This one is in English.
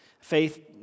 Faith